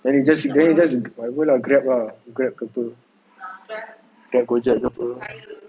then he just then he just whatever lah grab lah grab ke [pe] grab gojek ke [pe]